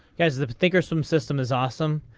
yeah as the thinkorswim system is awesome.